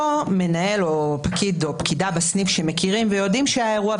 אותו מנהל או פקיד או פקידה בסניף שמכירים ויודעים שהיה אירוע,